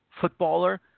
footballer